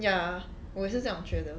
ya 我也是这样觉得